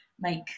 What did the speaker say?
make